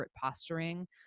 posturing